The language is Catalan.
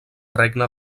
regne